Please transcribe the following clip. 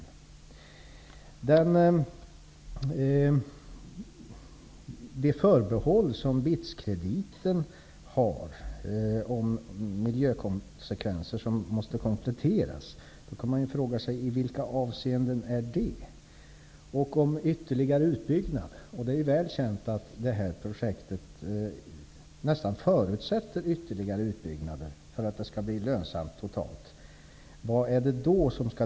Vad gäller de förbehåll som BITS-krediten har om att analysen av miljökonsekvenser skall kompletteras i vissa avseenden, undrar jag vilka avseenden som avses. Det är väl känt att det här projektet nästan förutsätter ytterligare utbyggnader för att bli lönsamt totalt. Vad skall då tillkomma?